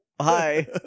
hi